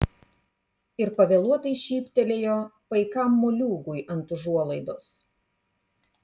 ir pavėluotai šyptelėjo paikam moliūgui ant užuolaidos